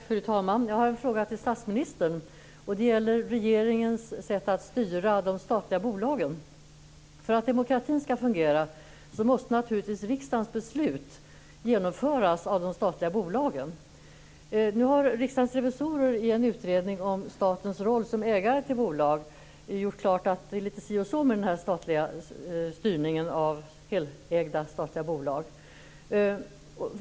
Fru talman! Jag har en fråga till statsministern. Det gäller regeringens sätt att styra de statliga bolagen. För att demokratin skall fungera måste naturligtvis riksdagens beslut genomföras av de statliga bolagen. Riksdagens revisorer har i en utredning om statens roll som ägare till bolag gjort klart att det är litet si och så med den statliga styrningen av statligt helägda bolag.